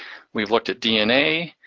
we've looked at dna,